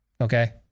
Okay